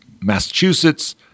Massachusetts